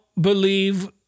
believe